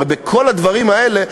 הרי בכל הדברים האלה,